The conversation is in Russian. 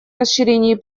расширении